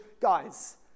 Guys